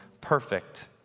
perfect